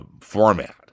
format